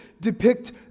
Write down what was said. depict